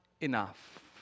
enough